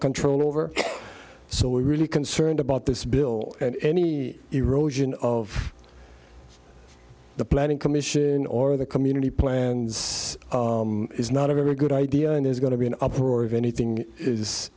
control over so we're really concerned about this bill and any erosion of the planning commission or the community plans is not a very good idea and there's going to be an uproar if anything is